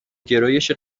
گرایش